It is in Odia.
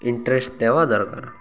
ଇଣ୍ଟରେଷ୍ଟ ଦେବା ଦରକାର